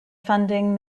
funding